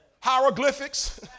hieroglyphics